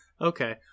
Okay